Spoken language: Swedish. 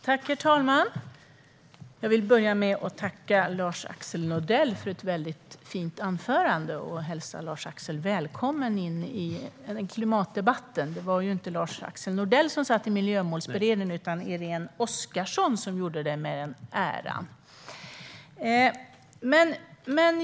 Herr talman! Jag vill börja med att tacka Lars-Axel Nordell för ett väldigt fint anförande och hälsa Lars-Axel välkommen till klimatdebatten. Det var ju inte Lars-Axel Nordell som satt i Miljömålsberedningen. Det var Irene Oskarsson som gjorde det med den äran.